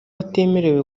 atemerewe